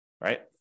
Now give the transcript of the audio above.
right